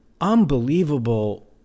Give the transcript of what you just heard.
unbelievable